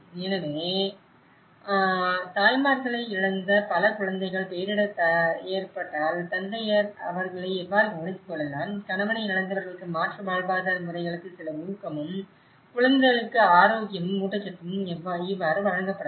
எனவே தாய்மார்களை இழந்த பல குழந்தைகள் பேரிடர் ஏற்பட்டால் தந்தையர் அவர்களை எவ்வாறு கவனித்துக் கொள்ளலாம் கணவனை இழந்தவர்களுக்கு மாற்று வாழ்வாதார முறைகளுக்கு சில ஊக்கமும் குழந்தைகளுக்கு ஆரோக்கியமும் ஊட்டச்சத்தும் இவ்வாறு வழங்கப்படலாம்